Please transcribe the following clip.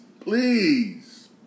Please